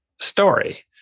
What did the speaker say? story